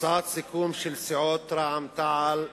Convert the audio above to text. הצעת סיכום של סיעות רע"ם-תע"ל,